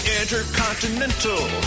intercontinental